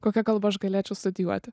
kokia kalba aš galėčiau studijuoti